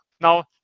Now